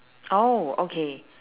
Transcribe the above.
oh okay